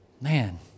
Man